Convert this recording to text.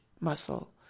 muscle